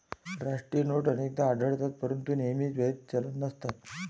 राष्ट्रीय नोट अनेकदा आढळतात परंतु नेहमीच वैध चलन नसतात